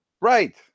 Right